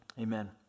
Amen